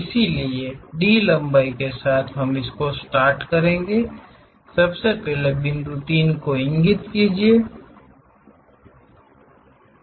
इसलिए D लंबाई के साथ हम करेंगे सबसे पहले बिंदु 3 को इंगित कीजिये